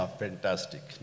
fantastic